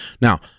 Now